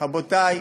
רבותי,